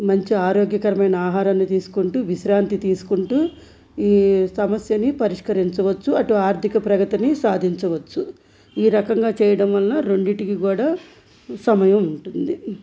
మంచి ఆరోగ్యకరమైన ఆహారాన్ని తీసుకుంటూ విశ్రాంతి తీసుకుంటూ ఈ సమస్యని పరిష్కరించవచ్చు అటు ఆర్థిక ప్రగతిని సాధించవచ్చు ఈ రకంగా చేయడం వలన రెండింటికి కూడా సమయం ఉంటుంది